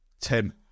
Tim